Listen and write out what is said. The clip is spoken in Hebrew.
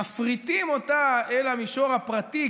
מפריטים אותה אל המישור הפרטי,